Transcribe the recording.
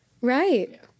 Right